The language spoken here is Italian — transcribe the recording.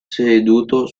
seduto